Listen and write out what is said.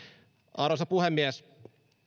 arvoisa puhemies